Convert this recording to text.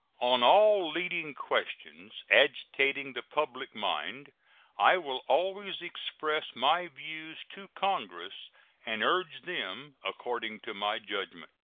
on all leading questions agitating the public mind i will always express my views to congress and urge them according to my judgment,